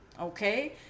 okay